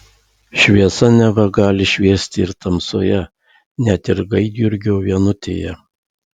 šviesa neva gali šviesti ir tamsoje net ir gaidjurgio vienutėje